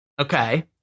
Okay